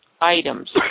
Items